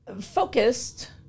focused